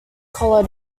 collar